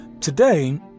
Today